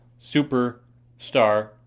superstar